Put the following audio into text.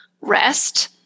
rest